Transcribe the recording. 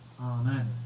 Amen